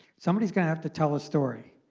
somebody is going to have to tell a story.